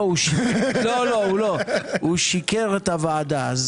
לא, הוא שיקר את הוועדה.